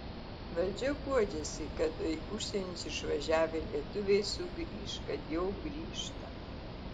valdžia guodžiasi kad į užsienius išvažiavę lietuviai sugrįš kad jau grįžta